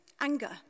anger